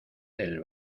del